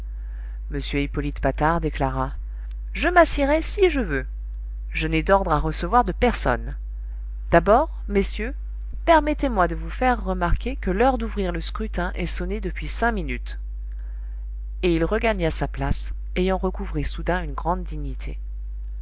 m hippolyte patard déclara je m'assiérai si je veux je n'ai d'ordres à recevoir de personne d'abord messieurs permettez-moi de vous faire remarquer que l'heure d'ouvrir le scrutin est sonnée depuis cinq minutes et il regagna sa place ayant recouvré soudain une grande dignité